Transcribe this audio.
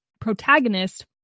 protagonist